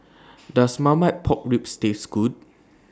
Does Marmite Pork Ribs Taste Good